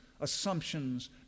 assumptions